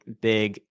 big